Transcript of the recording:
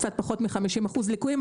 קצת פחות מ-50% ליקויים,